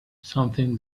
something